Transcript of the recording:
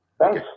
Thanks